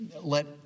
let